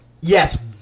Yes